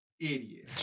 idiot